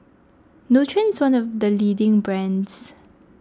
Nutren is one of the leading brands